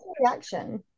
reaction